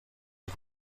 قوه